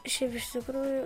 šiaip iš tikrųjų